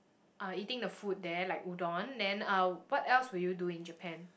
uh eating the food there like udon then uh what else would you do in Japan